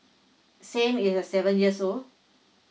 same seven years old